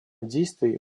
действий